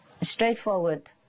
straightforward